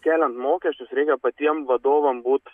keliant mokesčius reikia patiem vadovam būt